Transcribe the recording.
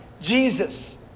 Jesus